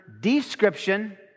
description